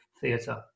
theatre